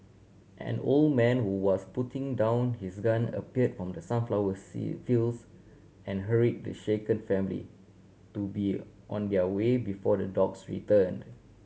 an old man who was putting down his gun appeared from the sunflower sea fields and hurried the shaken family to be on their way before the dogs returned